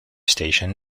station